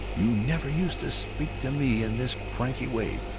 you never used to speak to me in this cranky way.